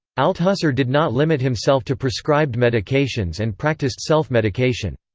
althusser did not limit himself to prescribed medications and practiced self-medication.